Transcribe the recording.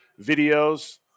videos